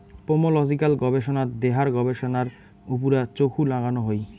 pomological গবেষনাত দেহার গবেষণার উপুরা চখু নাগানো হই